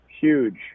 Huge